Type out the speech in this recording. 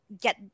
get